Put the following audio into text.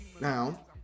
Now